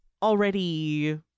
already